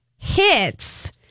Hits